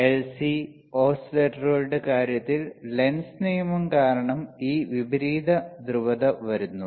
LC ഓസിലേറ്ററുകളുടെ കാര്യത്തിൽ Lenz നിയമം കാരണം ഈ വിപരീത ധ്രുവത വരുന്നു